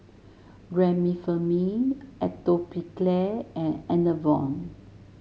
Remifemin Atopiclair and Enervon